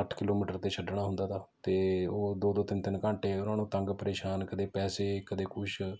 ਅੱਠ ਕਿਲੋਮੀਟਰ 'ਤੇ ਛੱਡਣਾ ਹੁੰਦਾ ਸੀ ਅਤੇ ਉਹ ਦੋ ਦੋ ਤਿੰਨ ਤਿੰਨ ਘੰਟੇ ਉਨ੍ਹਾਂ ਨੂੰ ਤੰਗ ਪ੍ਰੇਸ਼ਾਨ ਕਦੇ ਪੈਸੇ ਕਦੇ ਕੁਝ